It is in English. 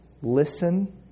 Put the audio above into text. Listen